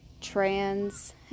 trans